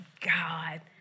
God